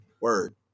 Word